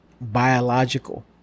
biological